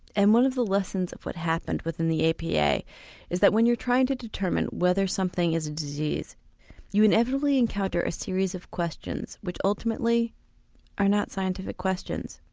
and one of the lessons of what happened within the apa is that when you are trying to determine whether something is a disease you inevitably encounter a series of questions which ultimately are not scientific questions.